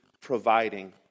providing